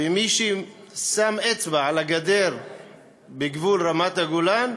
ומי ששם אצבע על הגדר בגבול רמת-הגולן,